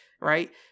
right